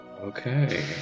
Okay